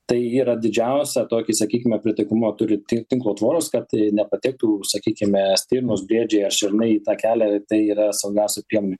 tai yra didžiausią tokį sakykime pritaikomumą turi tik tinklo tvoros kad nepatektų sakykime stirnos briedžiai ar šernai į tą kelią tai yra saugiausia priemonė